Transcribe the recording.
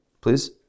please